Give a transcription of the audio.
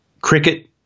cricket